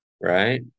Right